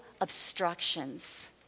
obstructions